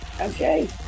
Okay